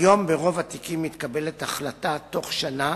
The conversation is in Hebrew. כיום ברוב התיקים מתקבלת החלטה תוך שנה,